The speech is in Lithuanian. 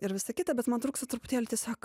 ir visa kita bet man trūksta truputėlį tiesiog